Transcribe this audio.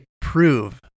prove